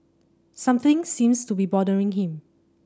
something seems to be bothering him